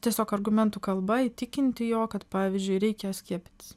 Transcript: tiesiog argumentų kalba įtikinti jog pavyzdžiui reikia skiepytis